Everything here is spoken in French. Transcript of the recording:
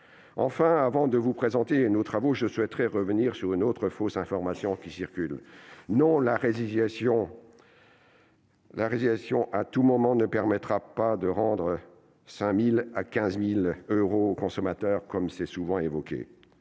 Enfin, avant de vous présenter nos travaux, je souhaite revenir sur une autre fausse information qui circule : non, la résiliation à tout moment ne permettra pas de rendre entre 5 000 euros et 15 000 euros aux consommateurs. J'ai dit :« Jusqu'à